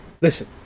listen